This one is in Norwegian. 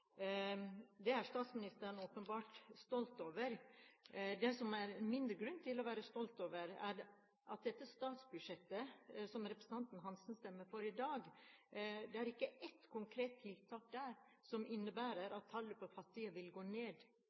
Det er statsministeren åpenbart stolt over. Det det er mindre grunn til å være stolt over, er at dette statsbudsjettet – som representanten Hansen stemmer for i dag – ikke har ett konkret tiltak som innebærer at tallet på fattige vil gå ned.